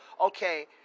okay